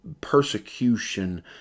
persecution